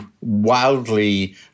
wildly